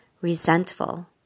resentful